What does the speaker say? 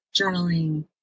journaling